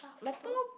laptop